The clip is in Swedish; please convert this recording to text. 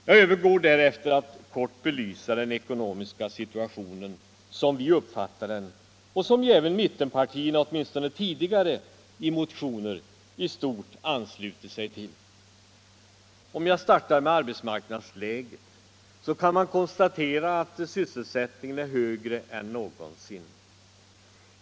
Jag övergår sedan till att kort belysa den ekonomiska situationen sådan som vi på vårt håll uppfattar den — en uppfattning som även mittenpartierna åtminstone tidigare i motioner i stort sett anslutit sig till. Om jag startar med arbetsmarknadsläget så kan man konstatera att sysselsättningen är högre än någonsin.